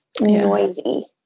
noisy